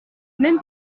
même